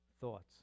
thoughts